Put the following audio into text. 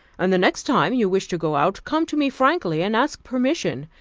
and the next time you wish to go out, come to me frankly and ask permission.